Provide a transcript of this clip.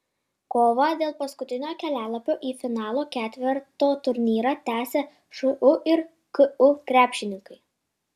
kovą dėl paskutinio kelialapio į finalo ketverto turnyrą tęsia šu ir ku krepšininkai